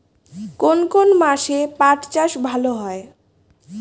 কোন কোন মাসে পাট চাষ ভালো হয়?